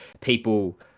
people